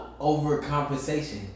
Overcompensation